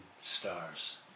stars